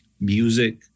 music